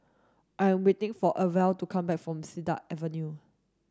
I am waiting for Orvel to come back from Cedar Avenue